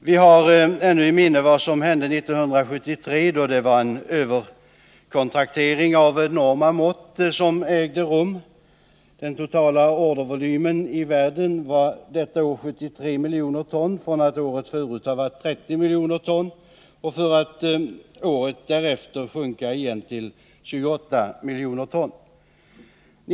Vi har ännu i minne vad som hände 1973, då en överkontraktering av enorma mått ägde rum. Den totala ordervolymen i världen var detta år 73 miljoner ton från att året förut ha varit 30 miljoner ton och för att året därefter sjunka igen till 28 miljoner ton.